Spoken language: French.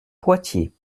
poitiers